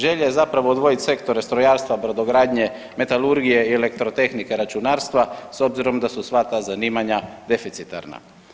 Želja je zapravo odvojit sektore strojarstva, brodogradnje, metalurgije i elektrotehnike računarstva s obzirom da su sva ta zanima deficitarna.